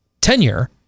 tenure